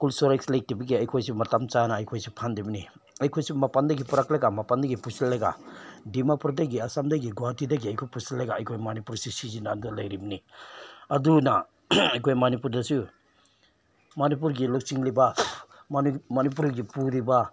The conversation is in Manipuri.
ꯀꯣꯜ ꯏꯁꯇꯣꯔꯦꯖ ꯂꯩꯇꯕꯒꯤ ꯑꯩꯈꯣꯏꯁꯤ ꯃꯇꯝ ꯆꯥꯅ ꯑꯩꯈꯣꯏꯁꯤ ꯐꯪꯗꯕꯅꯤ ꯑꯩꯈꯣꯏꯁꯨ ꯃꯄꯥꯟꯗꯒꯤ ꯄꯨꯔꯛꯂꯒ ꯃꯄꯥꯟꯗꯒꯤ ꯄꯨꯁꯤꯜꯂꯒ ꯗꯤꯃꯥꯄꯨꯔꯗꯒꯤ ꯑꯁꯥꯝꯗꯒꯤ ꯒꯨꯍꯥꯇꯤꯗꯒꯤ ꯑꯩꯈꯣꯏ ꯄꯨꯁꯤꯜꯂꯒ ꯑꯩꯈꯣꯏ ꯃꯅꯤꯄꯨꯔꯁꯤ ꯁꯤꯖꯤꯟꯅꯗꯨꯅ ꯂꯩꯔꯤꯕꯅꯤ ꯑꯗꯨꯅ ꯑꯩꯈꯣꯏ ꯃꯅꯤꯄꯨꯔꯗꯁꯨ ꯃꯅꯤꯄꯨꯔꯒꯤ ꯂꯨꯆꯤꯡꯂꯤꯕ ꯃꯅꯤꯄꯨꯔꯒꯤ ꯄꯨꯔꯤꯕ